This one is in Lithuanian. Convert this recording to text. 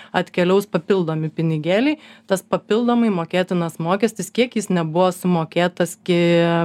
atkeliaus papildomi pinigėliai tas papildomai mokėtinas mokestis kiek jis nebuvo sumokėtas gi